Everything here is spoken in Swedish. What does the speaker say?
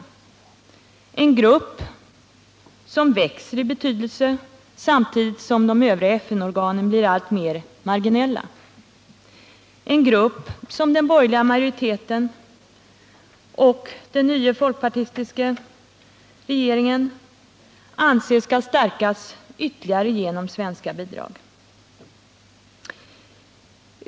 Det är en grupp som växer i betydelse samtidigt som de övriga FN-organen blir alltmer marginella, en grupp som den borgerliga majoriteten och den nya folkpartistiska regeringen anser skall stadgas ytterligare genom svenska bidrag.